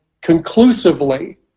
conclusively